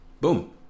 boom